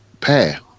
pair